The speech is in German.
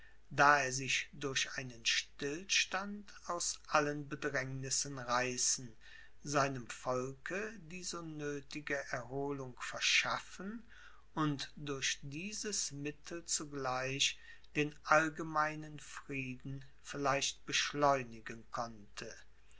da er sich durch einen stillstand aus allen bedrängnissen reißen seinem volke die so nöthige erholung verschaffen und durch dieses mittel zugleich den allgemeinen frieden vielleicht beschleunigen konnte